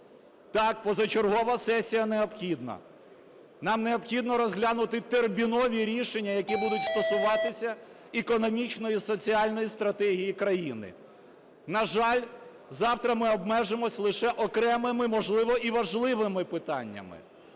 Так, позачергова сесія необхідна. Нам необхідно розглянути термінові рішення, які будуть стосуватися економічної і соціальної стратегії країни. На жаль, завтра ми обмежимось лише окремими, можливо, і важливими, питаннями.